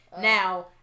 Now